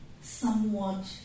somewhat